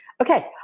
Okay